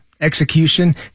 execution